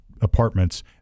apartments